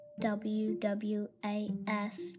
W-W-A-S